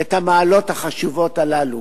את המעלות החשובות הללו,